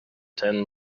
ten